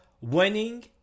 winning